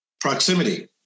Proximity